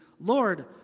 Lord